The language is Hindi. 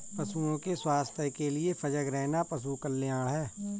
पशुओं के स्वास्थ्य के लिए सजग रहना पशु कल्याण है